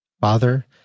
Father